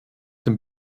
dem